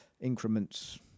increments